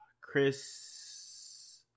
chris